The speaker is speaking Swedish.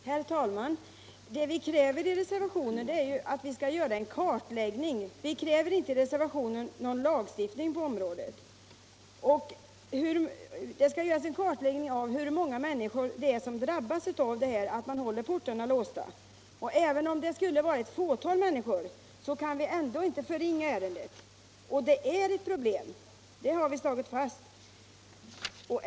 Herr talman! I reservationen kräver vi inte någon lagstiftning på området utan bara en kartläggning av hur många människor som drabbas av att portarna hålles låsta. Även om det skulle vara ett fåtal kan inte saken förringas. Den är ett problem, det har vi slagit fast.